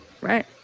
Right